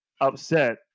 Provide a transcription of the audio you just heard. upset